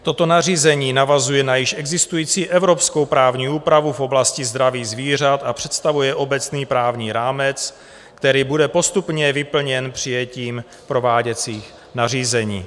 Toto nařízení navazuje na již existující evropskou právní úpravu v oblasti zdraví zvířat a představuje obecný právní rámec, který bude postupně vyplněn přijetím prováděcích nařízení.